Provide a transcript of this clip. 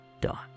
dot